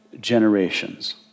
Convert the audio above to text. generations